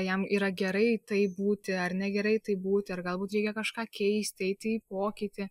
jam yra gerai taip būti ar negerai taip būti ir galbūt reikia kažką keisti eiti į pokytį